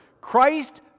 Christ